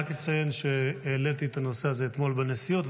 רק אציין שהעליתי את הנושא הזה אתמול בנשיאות,